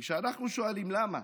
ואנחנו שואלים למה,